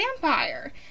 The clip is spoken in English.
vampire